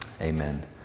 amen